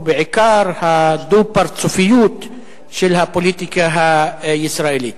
בעיקר הדו-פרצופיות של הפוליטיקה הישראלית.